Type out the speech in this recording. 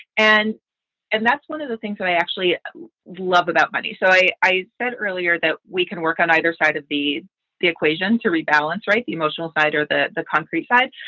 and and that's one of the things that i actually love about money. so i i said earlier that we can work on either side of the the equation to rebalance. right. the emotional side or the the countryside.